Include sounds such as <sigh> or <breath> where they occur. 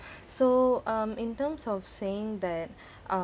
so um in terms of saying that <breath> uh